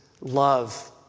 love